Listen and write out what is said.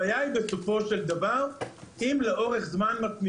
הבעיה היא בסופו של דבר אם מתמידים לאורך זמן.